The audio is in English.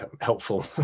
helpful